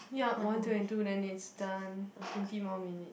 ya one twenty two then it's done twenty more minutes